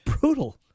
brutal